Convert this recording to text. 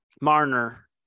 Marner